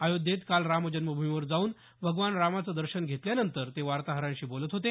अयोध्येत काल राम जन्मभूमीवर जाऊन भगवान रामाचं दर्शन घेतल्यानंतर ते वार्ताहरांशी बोलत होते